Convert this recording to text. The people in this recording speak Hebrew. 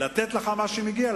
לתת לך מה שמגיע,